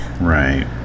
Right